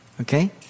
okay